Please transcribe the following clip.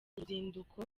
uruzinduko